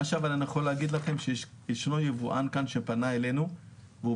מה שאני יכול להגיד לכם הוא שיש יבואן שפנה אלינו והוא